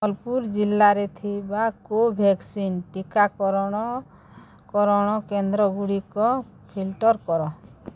ସମ୍ବଲପୁର ଜିଲ୍ଲାରେ ଥିବା କୋଭ୍ୟାକ୍ସିନ୍ ଟିକାକରଣ କରଣ କେନ୍ଦ୍ରଗୁଡ଼ିକ ଫିଲ୍ଟର କର